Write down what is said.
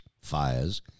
fires